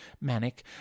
manic